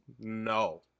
No